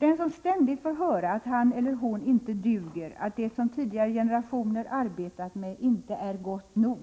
Den som ständigt får höra att han eller hon inte duger, att det som tidigare generationer arbetat med inte är gott nog,